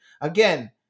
Again